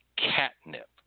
Catnip